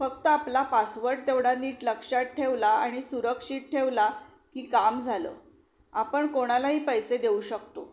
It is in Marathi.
फक्त आपला पासवर्ड तेवढा नीट लक्षात ठेवला आणि सुरक्षित ठेवला की काम झालं आपण कोणालाही पैसे देऊ शकतो